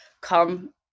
come